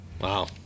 Wow